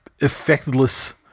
effectless